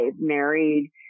married